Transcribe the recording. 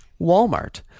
Walmart